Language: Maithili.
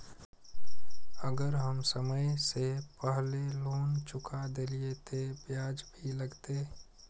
अगर हम समय से पहले लोन चुका देलीय ते ब्याज भी लगते?